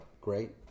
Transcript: great